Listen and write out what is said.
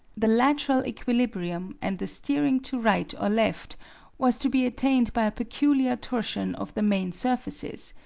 the lateral equilibrium and the steering to right or left was to be attained by a peculiar torsion of the main surfaces,